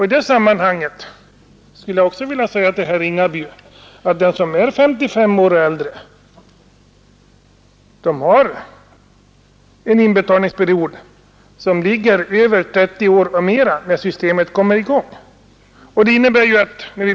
I detta sammanhang skulle jag också vilja säga till herr Ringaby att den som är SS år eller äldre har när ATP-systemet kommer i gång en inbetalningsperiod som ligger över 30 år.